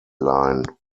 line